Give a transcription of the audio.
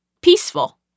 peaceful